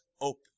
open